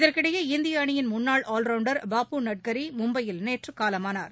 இதற்கிடையே இந்திய அணியின் முன்னாள் ஆவ்ரவுண்டர் பாபு நட்கர்னி மும்பையில் நேற்று காலமானார்